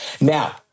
Now